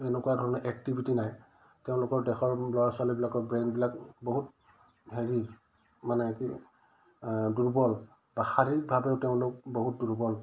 এনেকুৱা ধৰণৰ এক্টিভিটি নাই তেওঁলোকৰ দেশৰ ল'ৰা ছোৱালীবিলাকৰ ব্ৰেইনবিলাক বহুত হেৰি মানে কি দুৰ্বল বা শাৰীৰিকভাৱেও তেওঁলোক বহুত দুৰ্বল